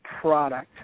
product